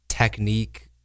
technique